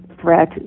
threat